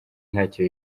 ntacyo